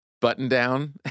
button-down